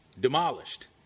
demolished